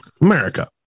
America